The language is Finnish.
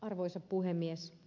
arvoisa puhemies